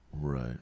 Right